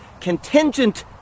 Contingent